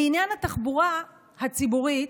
לעניין התחבורה הציבורית,